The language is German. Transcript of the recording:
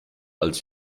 als